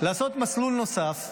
לעשות מסלול נוסף,